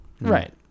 right